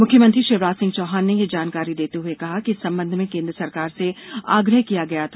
मुख्यमंत्री शिवराज सिंह चौहान ने ये जानकारी देते हए कहा कि इस संबंध में केन्द्र सरकार से आग्रह किया गया था